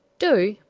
do,